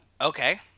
okay